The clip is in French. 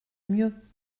mieux